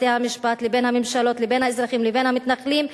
בתי-המשפט לבין הממשלות לבין האזרחים לבין המתנחלים,